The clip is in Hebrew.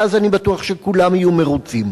ואז אני בטוח שכולם יהיו מרוצים.